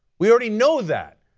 we already know that.